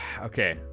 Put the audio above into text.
Okay